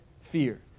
fear